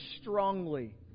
strongly